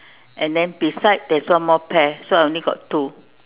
and then beside there's one more pear so I only got two